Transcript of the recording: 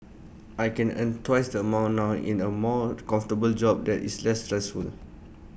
I can earn twice the amount now in A more comfortable job that is less stressful